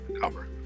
cover